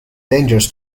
dangers